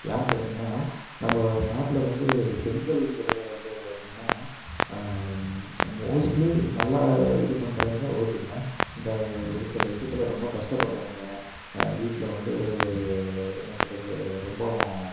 ஏன்னு கேட்டீங்கனா நம்ம நாட்டில் வந்து பெண்கள்ங்கறது வந்து பார்த்திங்கனா மோஸ்ட்லி நல்லா இது பண்ணுறவங்க ஓகேங்க இந்த ஒரு சில விஷயத்துல ரொம்ப கஷ்டப்பட்றவங்க வீட்டில வந்து என்ன சொல்கிறது ரொம்பவும்